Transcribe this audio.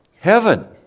heaven